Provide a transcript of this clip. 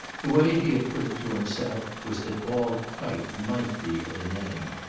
the way he had put it to himself was that all quite might be at an end.